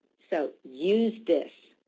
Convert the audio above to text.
so use this